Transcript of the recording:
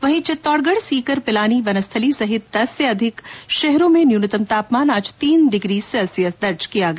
वहीं चित्तौड़गढ़ सीकर पिलानीं वनस्थली सहित दस से अधिक शहरों में न्यूनतम तापमान आज तीन डिग्री सैल्सियस दर्ज किया गया